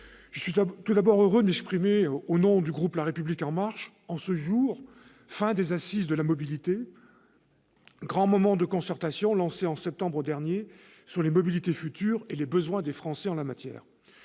Je suis heureux de m'exprimer au nom du groupe La République En Marche en ce dernier jour des Assises de la mobilité, grand moment de concertation lancé en septembre dernier sur les mobilités futures et les besoins des Français en la matière.